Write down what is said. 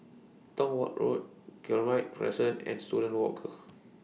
Tong Watt Road Guillemard Crescent and Student Walk